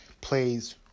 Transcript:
plays